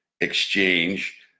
exchange